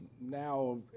now